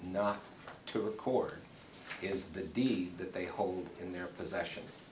not to record is the deed that they hold in their possession